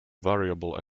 variable